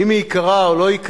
האם היא יקרה, או לא יקרה,